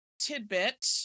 tidbit